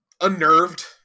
unnerved